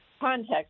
context